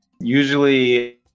Usually